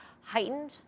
heightened